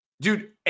Dude